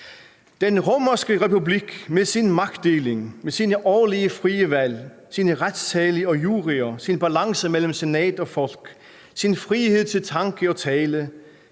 Den romerske republik med sin magtdeling, med sine årlige frie valg, sine retssale og juryer, sin balance mellem senat og folk, sin frihed til tanke og tale